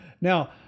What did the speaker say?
Now